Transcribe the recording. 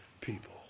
people